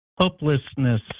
Hopelessness